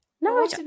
No